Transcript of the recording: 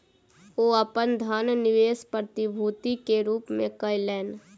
ओ अपन धन निवेश प्रतिभूति के रूप में कयलैन